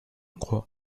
croit